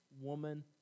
woman